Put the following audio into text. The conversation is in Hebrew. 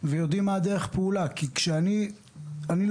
ה-4.5